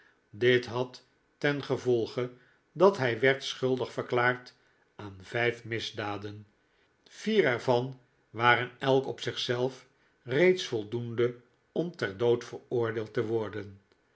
dit had ten gevolge dat hij werd schuldig verklaard aan vijf misdaden vier er van waren elk op zich zelf reeds voldoende om ter dood veroordeeld te worden